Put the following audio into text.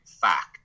fact